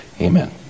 Amen